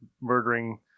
murdering